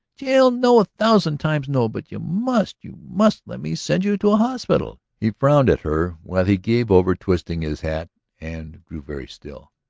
jail, no! a thousand times no! but you must you must let me send you to a hospital! he frowned at her while he gave over twirling his hat and grew very still.